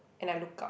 and I look out